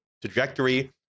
trajectory